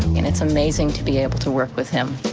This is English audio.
and it's amazing to be able to work with him.